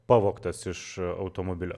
pavogtas iš automobilio